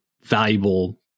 valuable